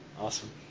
Awesome